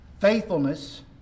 faithfulness